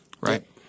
right